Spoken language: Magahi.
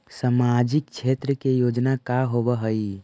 सामाजिक क्षेत्र के योजना का होव हइ?